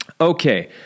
Okay